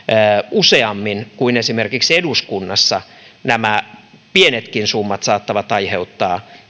useammin kuin esimerkiksi eduskunnassa nämä pienetkin summat saattavat aiheuttaa